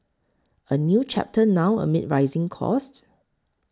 a new chapter now amid rising costs